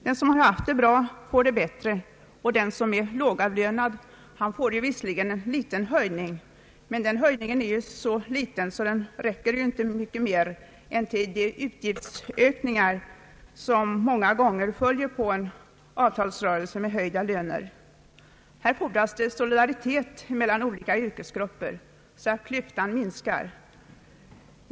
Den som haft det bra får det bättre, och den som är lågavlönad får visserligen en liten höjning, men den höjningen är så liten att den inte räcker mycket mer än till att täcka de utgiftsökningar som många gånger följer på en avtalsrörelse som utmynnar i höjda löner. På detta område fordras solidaritet mellan olika yrkesgrupper så att klyftan minskar.